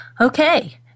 Okay